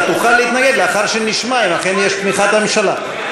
אתה תוכל להתנגד לאחר שנשמע אם אכן יש תמיכת ממשלה.